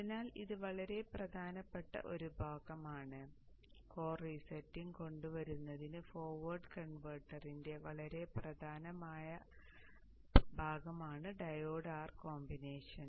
അതിനാൽ ഇത് വളരെ പ്രധാനപ്പെട്ട ഒരു ഭാഗമാണ് കോർ റീസെറ്റിംഗ് കൊണ്ടുവരുന്നതിനുള്ള ഫോർവേഡ് കൺവെർട്ടറിന്റെ വളരെ പ്രധാനപ്പെട്ട ഭാഗമാണ് ഡയോഡ് R കോമ്പിനേഷൻ